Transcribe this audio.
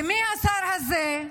ומי השר הזה?